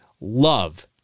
love